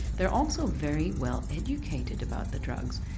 they are also very well educated about the drugs.